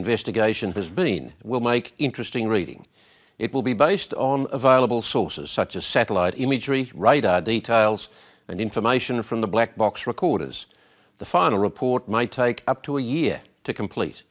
investigation has been will make interesting reading it will be based on available sources such as satellite imagery right out of the tiles and information from the black box recorders the final report might take up to a year to complete